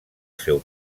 seu